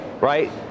right